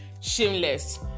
shameless